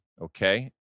okay